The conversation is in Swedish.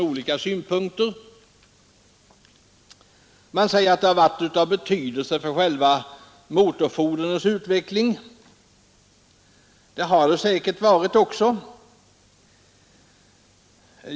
Det framhålles t.ex. att de har varit av betydelse för motorfordonens utveckling, och så har säkerligen också varit fallet.